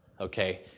okay